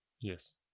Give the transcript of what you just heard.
Yes